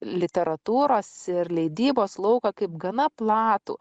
literatūros ir leidybos lauką kaip gana platų